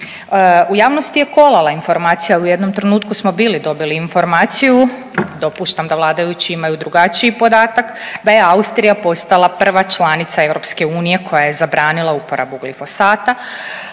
U javnosti je kolala informacija u jednom trenutku smo bili dobili informaciju, dopuštam da vladajući imaju drugačiji podatak da je Austrija postala prva članica EU koja je zabranila uporabu glifosata,